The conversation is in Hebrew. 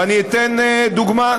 ואני אתן דוגמה,